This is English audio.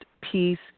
peace